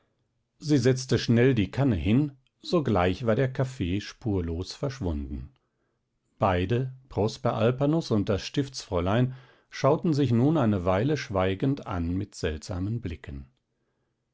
sie setzte schnell die kanne hin sogleich war der kaffee spurlos verschwunden beide prosper alpanus und das stiftsfräulein schauten sich nun eine weile schweigend an mit seltsamen blicken